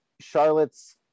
Charlotte's